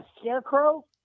Scarecrow